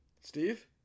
Steve